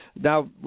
now